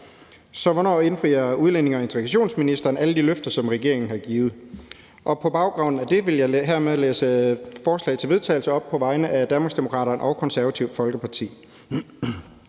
Så hvornår indfrier udlændinge- og integrationsministeren alle de løfter, som regeringen har givet? På baggrund af det vil jeg hermed læse et forslag til vedtagelse op på vegne af Danmarksdemokraterne